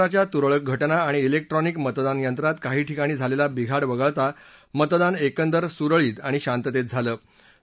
हिंसाचाराच्या तुरळक घटना आणि शिक्ट्रॉनिक मतदान यंत्रात काही ठिकाणी झालेला बिघाड वगळत मतदान एकंदर सुरळीत आणि शांततेत झालं